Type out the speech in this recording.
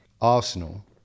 Arsenal